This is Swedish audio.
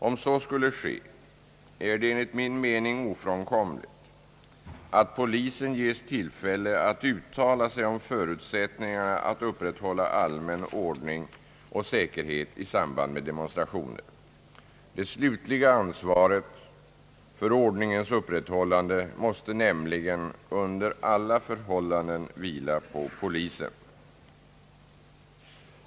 Om så skulle ske, är det enligt min mening ofrånkomligt att polisen ges tillfälle att uttala sig om förutsättningarna att upprätthålla allmän ordning och säkerhet i samband med demonstrationer. Det slutliga ansvaret för ordningens upprätthållande måste nämligen under alla förhållanden vila på polisen.